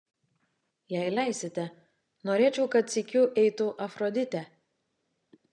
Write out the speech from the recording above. jei leisite norėčiau kad sykiu eitų afroditė